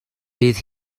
bydd